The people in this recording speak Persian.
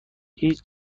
هیچ